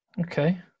Okay